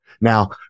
Now